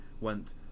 went